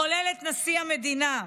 כולל את נשיא המדינה.